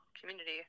community